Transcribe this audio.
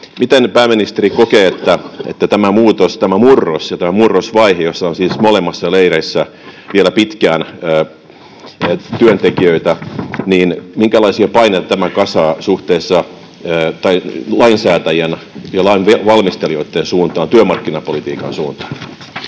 Miten pääministeri kokee, minkälaisia paineita tämä muutos, tämä murros ja tämä murrosvaihe, joissa siis molemmissa leireissä on vielä pitkään työntekijöitä, kasaa lainsäätäjien ja lainvalmistelijoitten suuntaan, työmarkkinapolitiikan suuntaan?